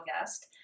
guest